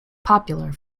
popular